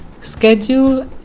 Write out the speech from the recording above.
schedule